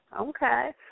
Okay